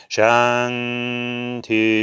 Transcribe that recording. Shanti